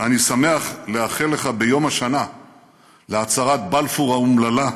"אני שמח לאחל לך ביום השנה להצהרת בלפור האומללה,